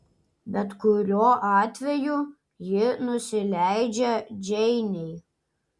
bet kuriuo atveju ji nusileidžia džeinei